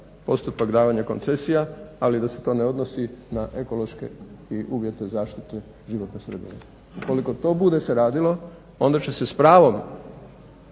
postupak davanja koncesija, ali da se to ne odnosi na ekološke i uvjete zaštite životne sredine. Ukoliko to bude se radilo onda će se s pravom